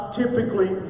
typically